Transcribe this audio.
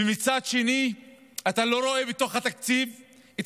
ומצד שני אתה לא רואה בתוך התקציב את